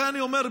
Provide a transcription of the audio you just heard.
אני אומר,